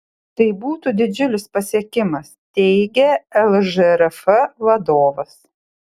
tai būtų didžiulis pasiekimas teigė lžrf vadovas